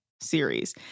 series